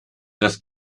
das